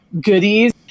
goodies